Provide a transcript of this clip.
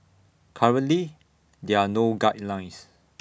currently there are no guidelines